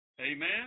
Amen